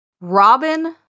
Robin